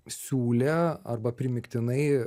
siūlė arba primygtinai